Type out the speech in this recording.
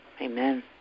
Amen